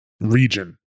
region